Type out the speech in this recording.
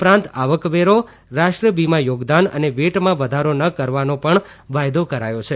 ઉપરાંત આવકવેરો રાષ્ટ્રીય વીમા થોગદાન અને વેટમાં વધારો ન કરવાનો પણ વાયદો કરાયો છે